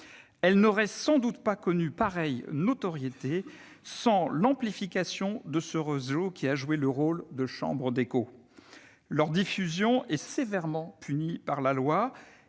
images n'auraient sans doute pas connu pareille notoriété sans l'amplification offerte par ce réseau, qui a joué le rôle de chambre d'écho. Leur diffusion est sévèrement punie par la loi,